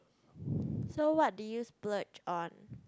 so what did you splurge on